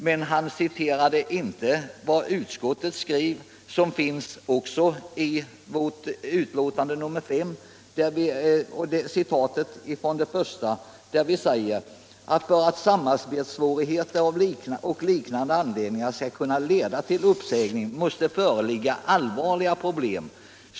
men han citerade inte följande ur samma betänkande. som också är infört i det betänkande vi nu behandlar. Där säger vi: ”För att samarbetssvårigheter och liknande anledningar skall kunna leda till uppsägning måste föreligga allvarliga problem.